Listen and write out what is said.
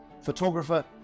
photographer